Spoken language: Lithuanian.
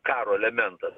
karo elementas